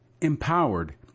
empowered